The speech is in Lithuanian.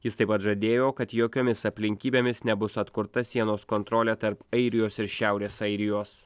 jis taip pat žadėjo kad jokiomis aplinkybėmis nebus atkurta sienos kontrolė tarp airijos ir šiaurės airijos